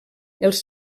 els